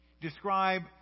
describe